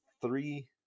three